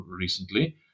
recently